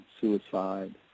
suicide